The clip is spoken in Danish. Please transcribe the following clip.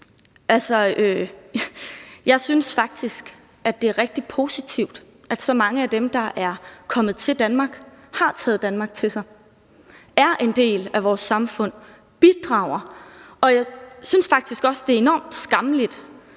Jeg synes faktisk, at det er rigtig positivt, at så mange af dem, der er kommet til Danmark, har taget Danmark til sig, er en del af vores samfund og bidrager. Og jeg synes faktisk også, at det er enormt skammeligt,